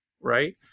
right